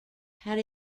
had